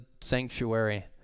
sanctuary